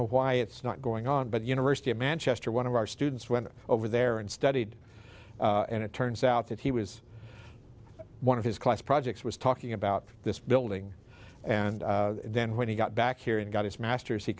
know why it's not going on but university of manchester one of our students went over there and studied and it turns out that he was one of his class projects was talking about this building and then when he got back here and got his master's he